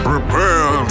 Prepare